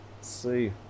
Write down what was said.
see